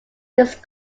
these